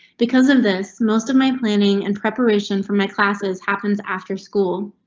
because of this, most of my planning and preparation for my classes happens after school.